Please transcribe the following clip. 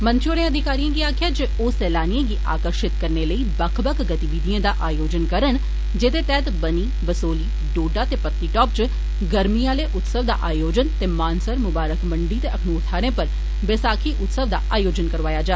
मंत्री होरें अधिकारिएं गी आखेआ जे ओह् सैलानिएं गी आकर्षित करने लेई बक्ख बक्ख गतिविधिएं दा आयोजन करन जेहदे तैह्त बनी बसोहली डोडा ते पत्नीटाप च गर्मिएं आह्ले उत्सवें दा आयोजन ते मानसर मुबारक मंडी ते अखनूर थाहरें पर बसाखी उत्सवें दा आयोजन करोआया जा